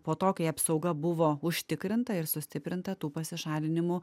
po to kai apsauga buvo užtikrinta ir sustiprinta tų pasišalinimų